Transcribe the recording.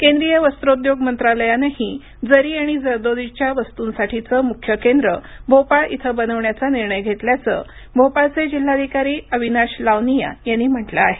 केंद्रीय वस्त्रोद्योग मंत्रालयानंही जरी आणि जरदोजीच्या वस्तूंसाठीचं मुख्य केंद्र भोपाळ इथं बनवण्याचा निर्णय घेतल्याचं भोपाळचे जिल्हाधिकारी अविनाश लावनिया यांनी म्हटलं आहे